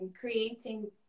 creating